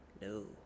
No